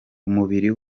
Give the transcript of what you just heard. umubiri